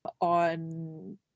on